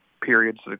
periods